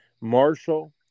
Marshall